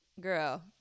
girl